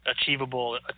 achievable